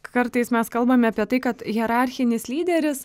kartais mes kalbame apie tai kad hierarchinis lyderis